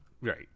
Right